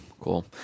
cool